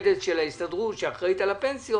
בבקשה.